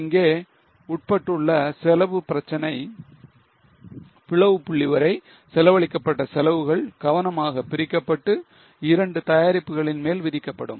இங்கே உட்பட்டுள்ள செலவு பிரச்சனை பிளவு புள்ளி வரை செலவழிக்கப்பட்ட செலவுகள் கவனமாக பிரிக்கப்பட்டு இரண்டு தயாரிப்புகளின் மேல் விதிக்கப்படும்